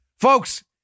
Folks